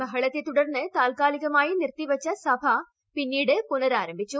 ബഹളത്തെ തുടർന്ന് താൽക്കാലികമായി നിർത്തിവച്ച സഭ പിന്നീട് പുനരാരംഭിച്ചു